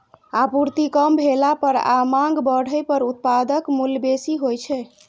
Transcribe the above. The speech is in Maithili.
आपूर्ति कम भेला पर आ मांग बढ़ै पर उत्पादक मूल्य बेसी होइ छै